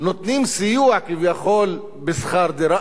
נותנים סיוע כביכול בשכר דירה,